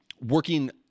working